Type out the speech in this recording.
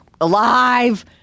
alive